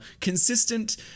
consistent